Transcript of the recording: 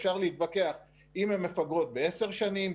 אפשר להתווכח אם הן מפגרות בעשר שנים,